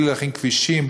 בלי להכין כבישים,